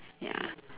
ya